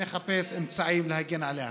ונחפש אמצעים להגן עליה.